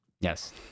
Yes